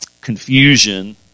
confusion